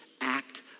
act